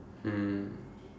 um